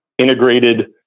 integrated